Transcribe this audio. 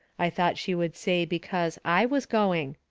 i thought she would say because i was going.